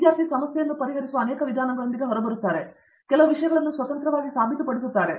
ವಿದ್ಯಾರ್ಥಿ ಸಮಸ್ಯೆಯನ್ನು ಪರಿಹರಿಸುವ ಅನೇಕ ವಿಧಾನಗಳೊಂದಿಗೆ ಅವರು ಬರುತ್ತಿದ್ದ ಕೆಲವು ವಿಷಯಗಳನ್ನು ಸ್ವತಂತ್ರವಾಗಿ ಸಾಬೀತುಪಡಿಸುತ್ತಿದ್ದಾರೆ